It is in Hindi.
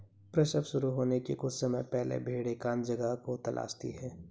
प्रसव शुरू होने के कुछ समय पहले भेड़ एकांत जगह को तलाशती है